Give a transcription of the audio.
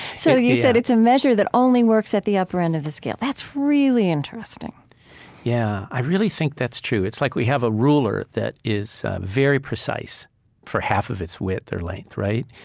so you said it's a measure that only works at the upper end of the scale. that's really interesting yeah. i really think that's true. it's like we have a ruler that is very precise for half of its width or length. right?